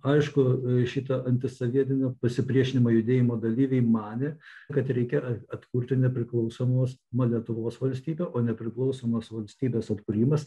aišku šita antisavietinio pasipriešinimo judėjimo dalyviai manė kad reikia a atkurti nepriklausomos lietuvos valstybę o nepriklausomos valstybės atkūrimas